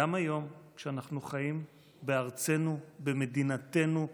גם היום, כשאנחנו חיים בארצנו, במדינתנו הריבונית.